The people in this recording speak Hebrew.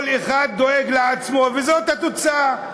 כל אחד דואג לעצמו, וזאת התוצאה.